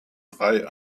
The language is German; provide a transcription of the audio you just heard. drei